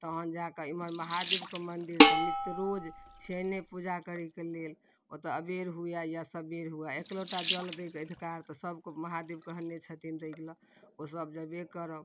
तहन जाय कऽ इमहर महादेब कऽ मन्दिर तऽ नित रोज छिअनिए पूजा करै कऽ लेल ओतऽ अबेर हुए या सबेर हुए एक लोटा जल दै कऽ अधिकार तऽ सभकऽ महादेब कहने छथिन दै लऽ ओ सभ जयबे करब